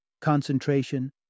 concentration